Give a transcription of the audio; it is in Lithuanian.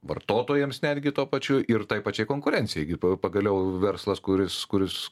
vartotojams netgi tuo pačiu ir tai pačiai konkurencijai gi pagaliau verslas kuris kuris